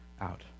out